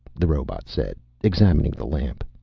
the robot said, examining the lamp.